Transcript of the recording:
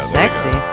sexy